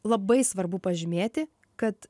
labai svarbu pažymėti kad